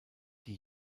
die